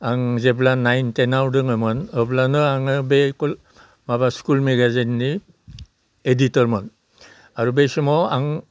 आं जेब्ला नाइन टेनाव दङमोन अब्लानो आङो बे माबा स्कुल मेगाजिननि एदिटरमोन आरो बै समाव आं